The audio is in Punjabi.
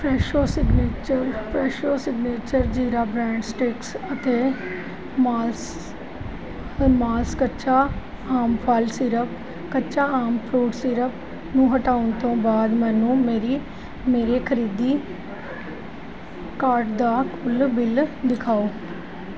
Fresho signature Fresho signature jeera bread sticks ਅਤੇ ਮਾਲਸ ਮਾਲਸ ਕੱਚਾ ਆਮ ਫਲ ਸੀਰਪ ਕੱਚਾ ਆਮ ਫਰੂਟ ਸੀਰਪ ਨੂੰ ਹਟਾਉਣ ਤੋਂ ਬਾਅਦ ਮੈਨੂੰ ਮੇਰੀ ਮੇਰੇ ਖਰੀਦੀ ਕਾਰਟ ਦਾ ਕੁੱਲ ਬਿੱਲ ਦਿਖਾਓ